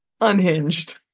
unhinged